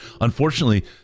unfortunately